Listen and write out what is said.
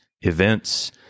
events